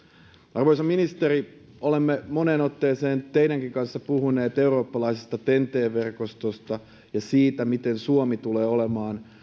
arvoisa ministeri olemme moneen otteeseen teidänkin kanssanne puhuneet eurooppalaisesta ten t verkostosta ja siitä miten suomi tulee olemaan